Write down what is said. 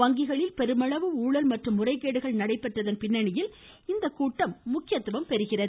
வங்கிகளில் பெருமளவு ஊழல் மற்றும் முறைகேடுகள் நடைபெற்றதன் பின்னணியில் இந்த கூட்டம் முக்கியத்துவம் பெறுகிறது